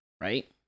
Right